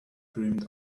dreamed